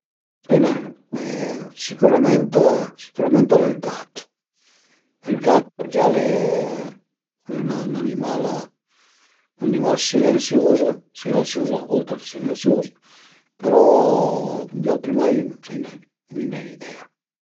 Sai nen, sicürament, sicürament al e ël gat, ël gat perché al e al e ün animal ün animal silensiuz, silensiuz, a volte al e silensiuz, però di auti animai, sai nen, ai nen idea